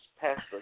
Pastor